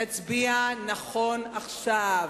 נצביע נכון עכשיו.